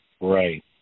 Right